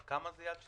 עד כמה זה יד שנייה?